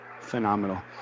phenomenal